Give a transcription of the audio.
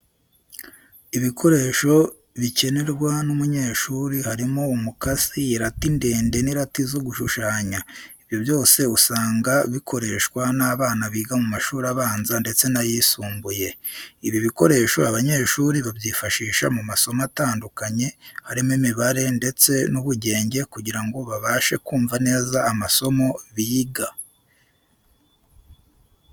Ibikoresho bikenerwa n'umunyeshuri, harimo umukasi, irati ndende n'irati zo gushushanya. Ibyo byose usanga bikoreshwa n'abana biga mu mashuri abanza ndetse n'ayisumbuye. Ibi bikoresho abanyeshuri babyifashisha mu masomo atandukanye, harimo imibare ndetse n'ubugenge kugira ngo babashe kumva neza amasomo biga.